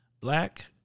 black